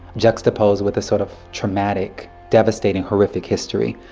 juxtaposed with a sort of traumatic, devastating, horrific history.